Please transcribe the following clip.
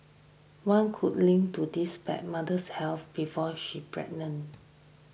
one could link to this back mother's health before she pregnant